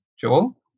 Joel